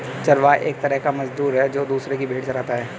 चरवाहा एक तरह का मजदूर है, जो दूसरो की भेंड़ चराता है